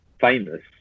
famous